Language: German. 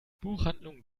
buchhandlung